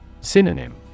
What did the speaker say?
Synonym